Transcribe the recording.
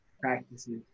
practices